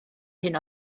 hyn